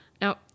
now